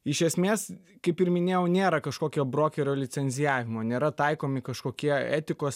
iš esmės kaip ir minėjau nėra kažkokio brokerio licencijavimo nėra taikomi kažkokie etikos